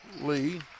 Lee